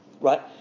Right